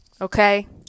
Okay